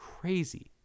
crazy